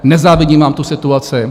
Nezávidím vám tu situaci.